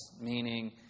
meaning